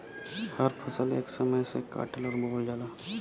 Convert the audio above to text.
हर फसल एक समय से काटल अउर बोवल जाला